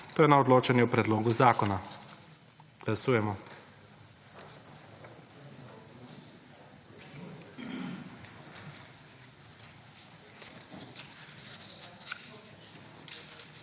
to je na odločanje o predlogu zakona. Glasujemo.